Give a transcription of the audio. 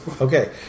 Okay